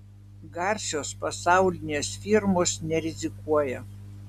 garsios pasaulinės firmos nerizikuoja